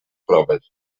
proves